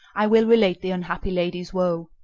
i will relate the unhappy lady's woe.